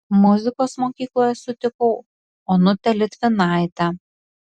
muzikos mokykloje sutikau onutę litvinaitę